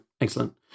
excellent